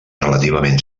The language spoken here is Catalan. relativament